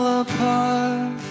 apart